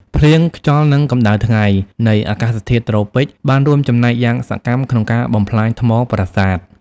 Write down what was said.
ភ្លៀង ខ្យល់ និងកម្ដៅថ្ងៃ នៃអាកាសធាតុត្រូពិក បានរួមចំណែកយ៉ាងសកម្មក្នុងការបំផ្លាញថ្មប្រាសាទ។